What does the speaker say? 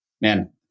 Man